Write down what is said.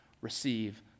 receive